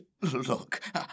look